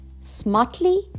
smartly